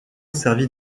servit